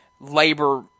labor